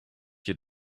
your